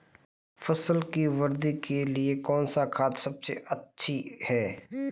फसल की वृद्धि के लिए कौनसी खाद सबसे अच्छी है?